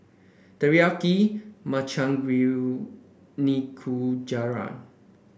Teriyaki Makchang Gui Nikujaga